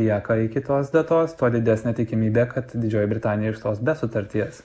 lieka iki tos datos tuo didesnė tikimybė kad didžioji britanija išstos be sutarties